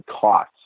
cost